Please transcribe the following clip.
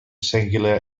singular